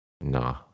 Nah